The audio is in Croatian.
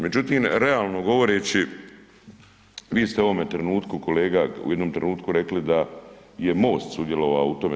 Međutim, realno govoreći vi ste u ovome trenutku kolega u jednom trenutku rekli da je Most sudjelovao u tome.